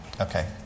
Okay